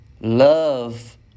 love